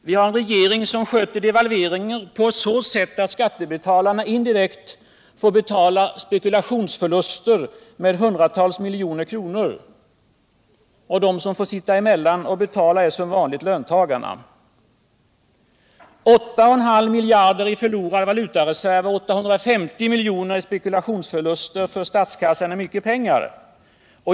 Vi har en regering som sköter devalveringen på så sätt att skattebetalarna indirekt får betala spekulationsförluster på hundratals miljoner kronor. De som får sitta emellan och betala är som vanligt löntagarna. Åtta och en halv miljard i förlorad valutareserv och 850 miljoner i spekulationsförluster för statskassan är mycket pengar.